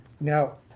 Now